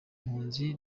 mpunzi